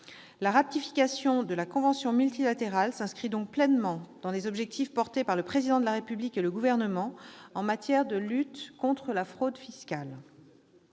La ratification de la convention multilatérale s'inscrit donc pleinement dans les objectifs portés par le Président de la République et par le Gouvernement en matière de lutte contre la fraude fiscale.